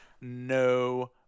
no